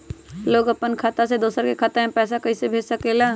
लोग अपन खाता से दोसर के खाता में पैसा कइसे भेज सकेला?